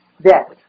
death